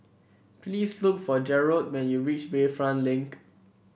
please look for Gerold when you reach Bayfront Link